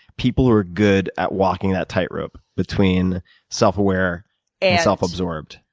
people who are good at walking that tight rope between self aware and self absorbed?